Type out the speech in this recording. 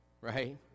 right